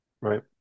right